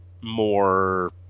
more